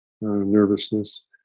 nervousness